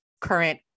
current